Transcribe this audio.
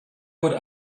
would